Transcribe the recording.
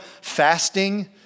fasting